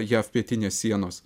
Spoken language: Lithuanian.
jav pietinės sienos